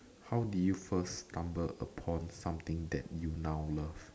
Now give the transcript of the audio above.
how do you first stumble upon something that you now love